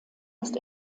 ist